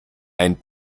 ein